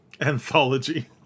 Anthology